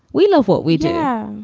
we love what we do